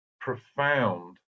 profound